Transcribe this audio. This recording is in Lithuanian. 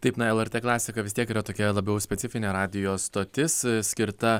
taip na lrt klasika vis tiek yra tokia labiau specifinė radijo stotis skirta